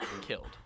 killed